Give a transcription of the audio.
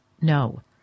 No